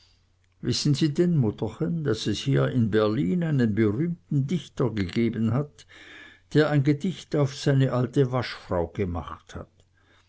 wissen sie denn mutterchen daß es hier in berlin einen berühmten dichter gegeben hat der ein gedicht auf seine alte waschfrau gemacht hat